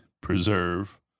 preserve